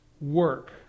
work